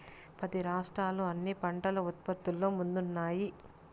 పది రాష్ట్రాలు అన్ని పంటల ఉత్పత్తిలో ముందున్నాయి